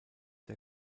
der